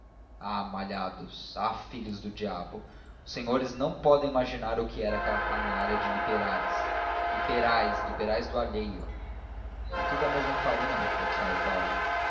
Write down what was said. ah malhados ah filhos do diabo os senhores não podem imaginar o que era aquela canalha de liberais liberais liberais do alheio é tudo a mesma farinha reflexionou paulo